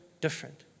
different